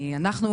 מכיוון שאנחנו,